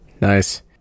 nice